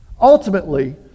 ultimately